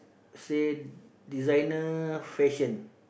say designer fashion